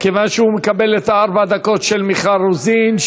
כיוון שהוא מקבל את ארבע הדקות של מיכל רוזין,